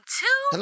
two